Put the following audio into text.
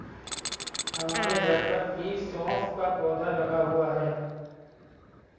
हमारे घर पर भी सौंफ का पौधा लगा हुआ है